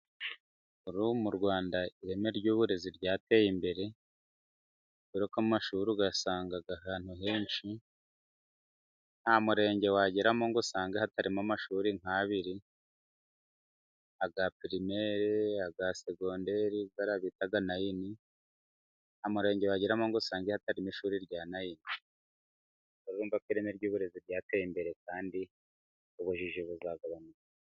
Kurubu mu Rwanda ireme, ry'uburezi ryateye imbere, kubera ko amashuri, uyasanga ahantu henshi, nta murenge wageramo, ngusange hatarimo amashuri nk'abiri, aya pirimeri, aya segonderi, ariya bita nayini, nta murenge wageramo, ngusange hatarimo ishuri rya nayini, urumvako ireme ry'uburezi, ryateye imbere kandi ubujiji buzagabanyuka.